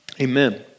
Amen